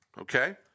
okay